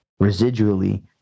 residually